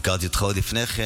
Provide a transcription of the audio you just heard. הכרתי אותך עוד לפני כן,